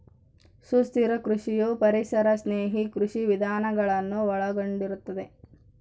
ಸುಸ್ಥಿರ ಕೃಷಿಯು ಪರಿಸರ ಸ್ನೇಹಿ ಕೃಷಿ ವಿಧಾನಗಳನ್ನು ಒಳಗೊಂಡಿರುತ್ತದೆ